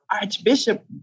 Archbishop